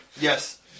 Yes